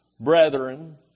brethren